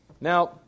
Now